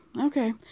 Okay